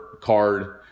card